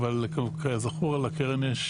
אבל כזכור לקרן יש